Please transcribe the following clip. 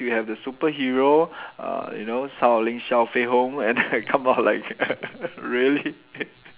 we have the superhero uh you know Shaolin Shao Fei Hung and come out like really